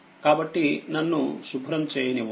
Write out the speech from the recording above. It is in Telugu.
కాబట్టి నన్ను శుభ్రం చేయనివ్వండి